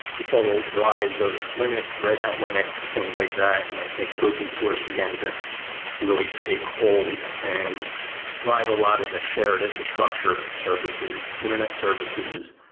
saw the rise of linux, red hat linux, things like that, and i think open source began to really take hold and drive a lot of the shared infrastructure services, internet services,